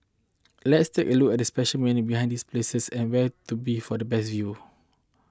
let's take a look at the special meaning behind these places and where to be for the best view